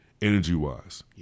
energy-wise